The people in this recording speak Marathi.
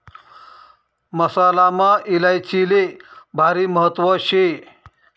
मसालामा इलायचीले भारी महत्त्व शे